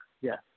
Yes